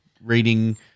reading